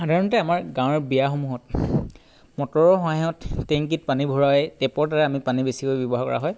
সাধাৰণতে আমাৰ গাঁৱৰ বিয়াসমূহত মটৰৰ সহায়ত টেংকীত পানী ভৰায় টেপৰ দ্বাৰাই আমি পানী বেছিকৈ ব্যৱহাৰ কৰা হয়